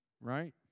Right